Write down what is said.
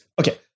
Okay